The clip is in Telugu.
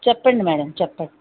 చెప్పండి మేడం చెప్పండి